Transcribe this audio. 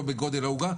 לא בגודל העוגה,